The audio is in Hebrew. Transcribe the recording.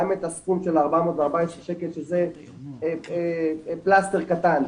גם את הסכום של 414 שקל שזה פלסטר קטן,